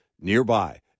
nearby